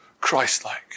Christ-like